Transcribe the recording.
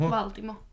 Valtimo